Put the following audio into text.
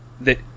that-